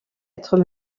être